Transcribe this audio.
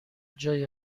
جایی